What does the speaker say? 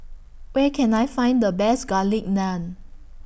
Where Can I Find The Best Garlic Naan